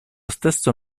stesso